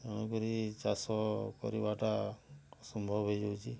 ଏଣୁ କରି ଚାଷ କରିବାଟା ଅସମ୍ଭବ ହୋଇଯାଉଛି